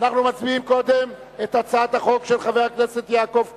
אנחנו מצביעים קודם על הצעת החוק של חבר הכנסת יעקב כץ.